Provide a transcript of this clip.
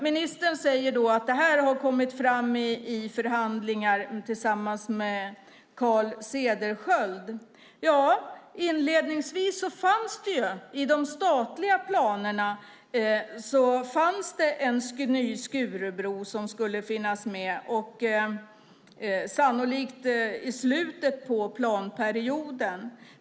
Ministern säger att det här har kommit fram i förhandlingar tillsammans med Carl Cederschiöld. Ja, inledningsvis fanns i de statliga planerna en ny Skurubro med, sannolikt i slutet av planperioden.